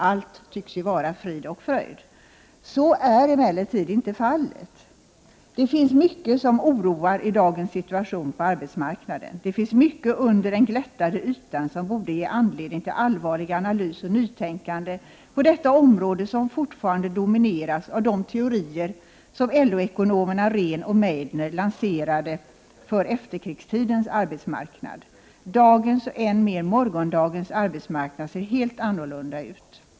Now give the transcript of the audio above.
Allt tycks ju vara frid och fröjd. Så är emellertid inte fallet. Det finns mycket som oroar i dagens situation på arbetsmarknaden. Det finns mycket under den glättade ytan som borde ge anledning till allvarlig analys och nytänkande på detta område, som fortfarande domineras av de teorier som LO-ekonomerna Rehn och Meidner lanserade för efterkrigstidens arbetsmarknad. Dagens och än mer morgondagens arbetsmarknad ser helt annorlunda ut.